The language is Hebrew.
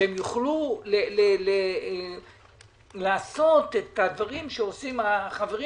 שהם יוכלו לעשות את הדברים שעושים החברים